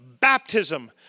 Baptism